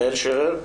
יעל שרר,